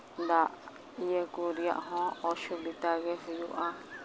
ᱫᱟᱜ ᱤᱭᱟᱹ ᱠᱚ ᱨᱮᱭᱟᱜ ᱦᱚᱸ ᱚᱥᱩᱵᱤᱫᱟ ᱜᱮ ᱦᱩᱭᱩᱜᱼᱟ